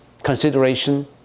Consideration